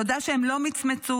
תודה שהם לא מצמצו,